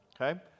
okay